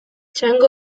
txango